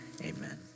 Amen